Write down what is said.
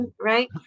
Right